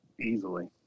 easily